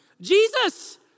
Jesus